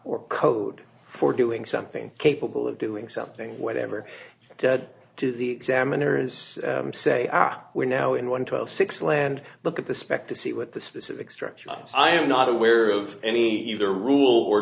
or code for doing something capable of doing something whatever to the examiners say ah we're now in one twelve six land look at the spec to see what the specific structure i am not aware of any other rule or